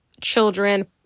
children